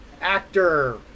actor